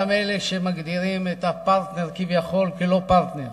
גם אלה שמגדירים את הפרטנר כביכול כלא-פרטנר